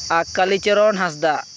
ᱟᱨ ᱠᱟᱞᱤᱪᱚᱨᱚᱱ ᱦᱟᱸᱥᱫᱟᱜ